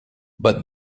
but